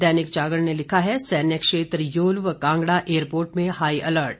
दैनिक जागरण ने लिखा है सैन्य क्षेत्र योल व कांगड़ा एयरपोर्ट में हाईअलर्ट